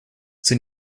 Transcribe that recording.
sind